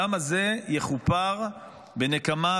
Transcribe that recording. הדם הזה יכופר בנקמה,